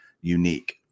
unique